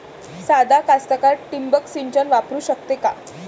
सादा कास्तकार ठिंबक सिंचन वापरू शकते का?